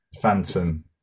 phantom